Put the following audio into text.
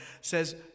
says